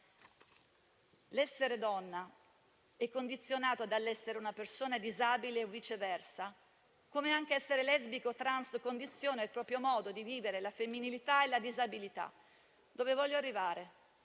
L'essere donna è condizionato dall'essere una persona disabile o viceversa, come anche essere lesbica o trans condiziona il proprio modo di vivere la femminilità e la disabilità. Dove voglio arrivare?